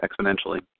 exponentially